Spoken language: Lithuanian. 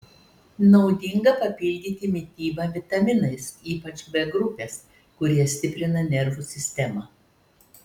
naudinga papildyti mitybą vitaminais ypač b grupės kurie stiprina nervų sistemą